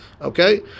okay